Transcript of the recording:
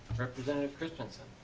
representative christensen